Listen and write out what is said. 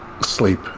sleep